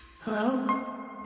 Hello